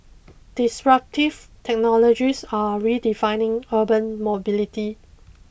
disruptive technologies are redefining urban mobility